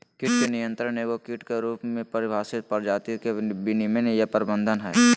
कीट नियंत्रण एगो कीट के रूप में परिभाषित प्रजाति के विनियमन या प्रबंधन हइ